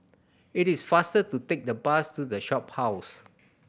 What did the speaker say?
it is faster to take the bus to The Shophouse